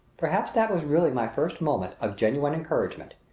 perhaps that was really my first moment of genuine encouragement,